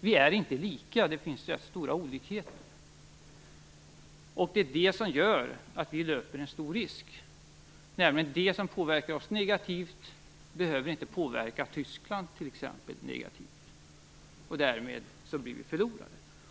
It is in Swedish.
Vi är inte lika. Det finns rätt stora olikheter. Det är detta som gör att vi löper en stor risk att bli förlorare. Det som påverkar oss negativt behöver t.ex. inte påverka Tyskland negativt, och därmed blir vi förlorare.